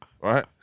right